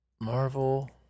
Marvel